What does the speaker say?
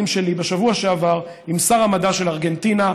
בשבוע שעבר עם שר המדע של ארגנטינה,